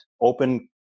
Open